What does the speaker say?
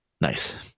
Nice